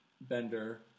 Bender